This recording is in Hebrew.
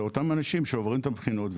אלה אותם אנשים שעוברים את הבחינות,